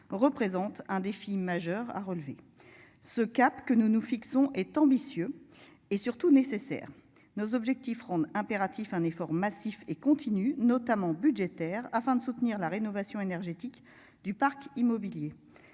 représente un défi majeur à relever. Ce cap que nous nous fixons est ambitieux et surtout nécessaire nos objectifs ronde impératif un effort massif et continu notamment budgétaire afin de soutenir la rénovation énergétique du parc immobilier.